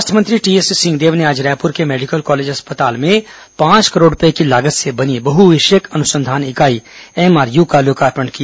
स्वास्थ्य मंत्री टीएस सिंहदेव ने आज रायपुर के मेडिकल कॉलेज अस्पताल में पांच करोड़ रूपये की लागत से बनी बह विषयक अनुसंधान इकाई एमआरयू का लोकार्पण किया